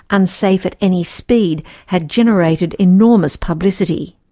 unsafe at any speed, had generated enormous publicity.